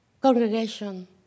congregation